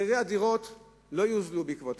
מחירי הדירות לא יוזלו עקב כך.